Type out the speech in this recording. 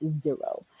zero